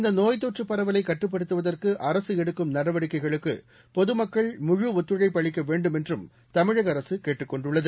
இந்தநோய் தொற்றுப் பரவலைகட்டுப்படுத்துவதற்குஅரசுஎடுக்கும் நடவடிக்கைகளுக்குபொதுமக்கள் முழு ஒத்துழைப்பு அளிக்கவேண்டும் என்றும் தமிழகஅரசுகேட்டுக் கொண்டுள்ளது